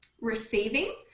receiving